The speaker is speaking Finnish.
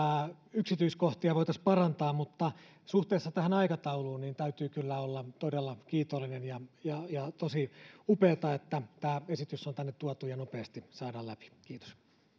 yksityiskohtia voitaisiin parantaa mutta suhteessa tähän aikatauluun täytyy kyllä olla todella kiitollinen ja ja tosi upeata että tämä esitys on tänne tuotu ja nopeasti saadaan läpi kiitos sitten